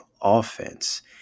offense